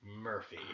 Murphy